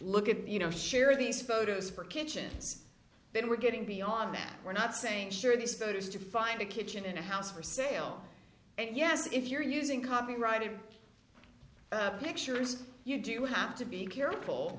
look at you know share these photos for kitchens then we're getting beyond that we're not saying sure this code is to find a kitchen in a house for sale and yes if you're using copyrighted pictures you do have to be careful